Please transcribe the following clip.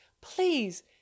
Please